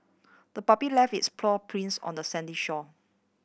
the puppy left its paw prints on the sandy shore